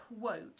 quote